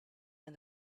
and